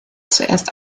zuerst